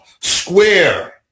square